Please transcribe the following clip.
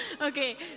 Okay